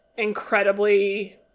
incredibly